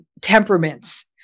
temperaments